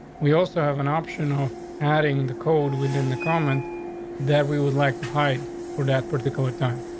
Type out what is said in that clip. we also have an option of adding the cold within the comment that we would like to hide for that particular time.